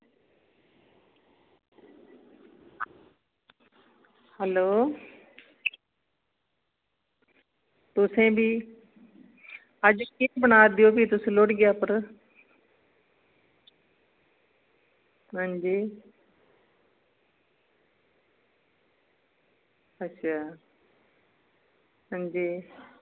hello तुसें बी अज्ज केह् बना दे ओ तुस फ्ही लोड़ियै पर हां जी अच्छा हां जी